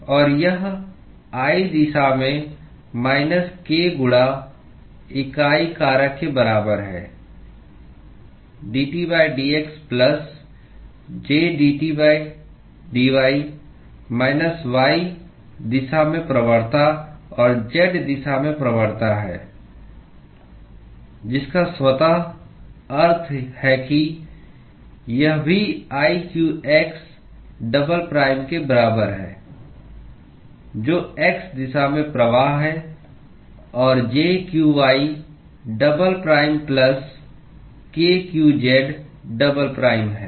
और यह ith दिशा में माइनस k गुणा इकाई कारक के बराबर है dTdx प्लस jdTdy y दिशा में प्रवणता और z दिशा में प्रवणता है जिसका स्वतः अर्थ है कि यह भी iqx डबल प्राइम के बराबर है जो x दिशा में प्रवाह है और jqy double prime plus kqz double prime है